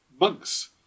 Monks